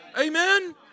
Amen